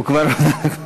הוא כבר בירך.